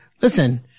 Listen